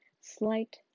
slight